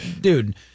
dude